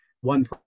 one